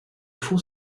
fonds